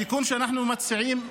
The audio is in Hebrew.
התיקון שאנחנו מציעים היום,